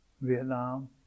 Vietnam